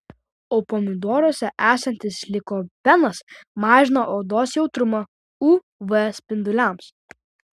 o pomidoruose esantis likopenas mažina odos jautrumą uv spinduliams